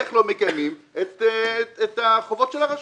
איך לא מקיימים את החובות של הרשפ"ת.